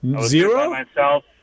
Zero